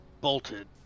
bolted